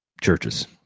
churches